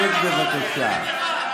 שב, בבקשה.